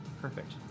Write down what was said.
Perfect